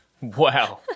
wow